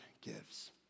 gives